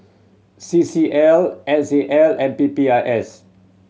C C L S A L and P P I S